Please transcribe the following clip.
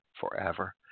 forever